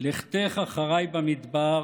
לכתך אחרי במדבר